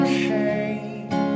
shame